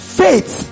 faith